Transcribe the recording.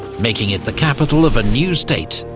making it the capital of a new state,